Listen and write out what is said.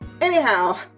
anyhow